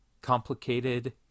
complicated